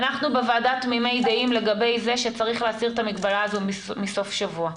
אנחנו בוועדה תמימי דעים לגבי זה שצריך להסיר את המגבלה הזו מסוף שבוע,